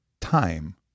time